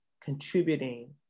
contributing